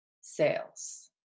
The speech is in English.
Sales